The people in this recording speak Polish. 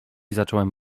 zacząłem